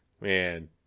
Man